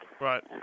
Right